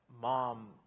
Mom